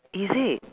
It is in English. is it